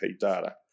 data